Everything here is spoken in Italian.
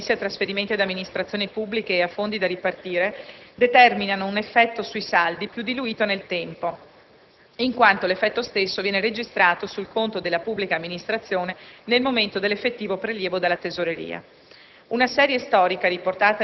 In particolare, i residui connessi a trasferimenti ad amministrazioni pubbliche e a fondi da ripartire determinano un effetto sui saldi più diluito nel tempo, in quanto l'effetto stesso viene registrato sul conto della pubblica amministrazione nel momento dell'effettivo prelievo dalla tesoreria.